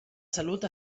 salut